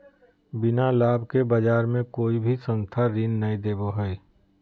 बिना लाभ के बाज़ार मे कोई भी संस्था ऋण नय देबो हय